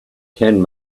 can